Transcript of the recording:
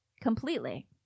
completely